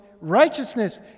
righteousness